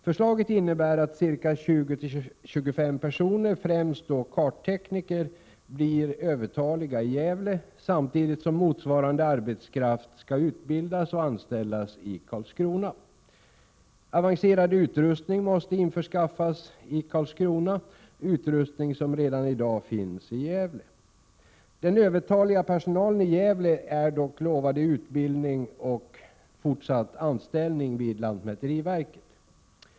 Förslaget innebär att 20-25 personer — främst då karttekniker — blir övertaliga i Gävle, samtidigt som motsvarande arbetskraft skall utbildas och anställas i Karlskrona. Avancerad utrustning måste införskaffas i Karlskrona, utrustning som redan i dag finns i Gävle. Den övertaliga personalen i Gävle är dock lovad utbildning och fortsatt anställning vid lantmäteriverket.